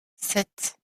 sept